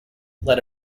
led